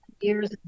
years